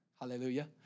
Hallelujah